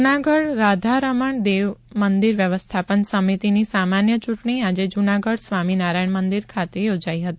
જૂનાગઢ રાધા રમણ દેવ મંદિર વ્યવસ્થાપન સમિતિની સામાન્ય ચૂંટણી આજે જૂનાગઢ સ્વામિનારાયણ મંદિર ખાતે યોજાઈ હતી